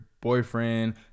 boyfriend